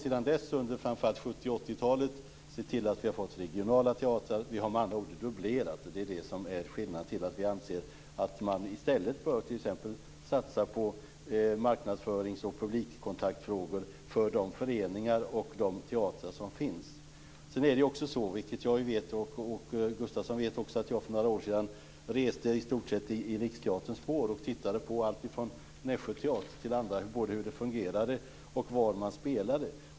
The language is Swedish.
Sedan dess har vi, framför allt under 70 och 80-talet, fått regionala teatrar. Vi har med andra ord dubblerat, och det är av det skälet som vi anser att man i stället bör satsa på t.ex. marknadsförings och publikkontaktfrågor för de föreningar och de teatrar som finns. Åke Gustavsson vet att jag för några år sedan reste i stort sett i Riksteaterns spår och tittade bl.a. på Nässjö teater. Jag tittade både på hur det fungerade och på vad man spelade.